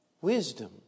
wisdom